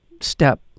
step